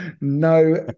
No